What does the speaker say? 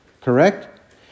Correct